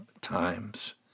times